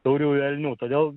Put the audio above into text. tauriųjų elnių todėl